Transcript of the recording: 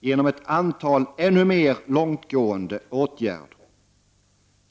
genom ett antal ännu mer långtgående åtgärder.